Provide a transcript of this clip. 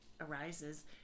arises